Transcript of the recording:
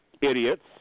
Idiots